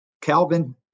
Calvin